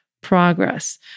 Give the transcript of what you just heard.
progress